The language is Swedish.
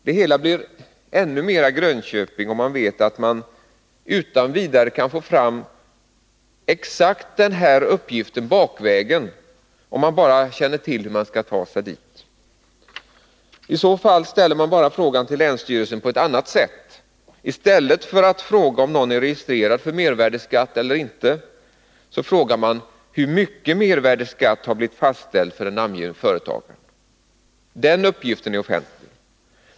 Det hela blir ännu mera Grönköping, om man vet att man utan vidare kan få fram exakt denna uppgift bakvägen — om man bara känner till hur man skall ta sig dit. I så fall ställer man bara frågan till länsstyrelsen på ett annat sätt. I stället för att fråga om någon är registrerad för mervärdeskatt eller inte, så frågar man: Hur mycket mervärdeskatt har blivit fastställd för ett namngivet företag? Den uppgiften är offentlig.